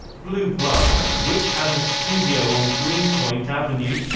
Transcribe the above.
blue bloods, which has a studio on greenpoint avenue